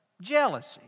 Jealousy